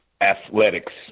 athletics